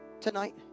tonight